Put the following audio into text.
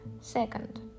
Second